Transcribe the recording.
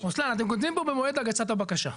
רוסלאן, אתם כותבים פה במועד הגשת הבקשה.